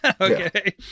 Okay